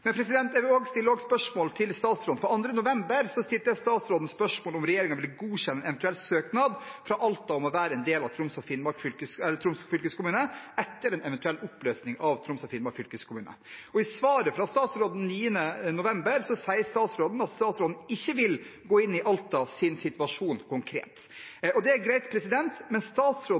Jeg vil også stille et annet spørsmål til statsråden, for 2. november stilte jeg statsråden spørsmål om regjeringen ville godkjenne en eventuell søknad fra Alta om å være en del av Troms fylkeskommune etter en eventuell oppløsning av Troms og Finnmark fylkeskommune. I svaret fra statsråden 9. november sier han at han ikke vil gå inn i Altas situasjon konkret. Det er greit, men